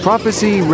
Prophecy